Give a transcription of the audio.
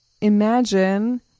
imagine